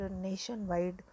nationwide